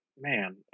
man